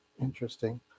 Interesting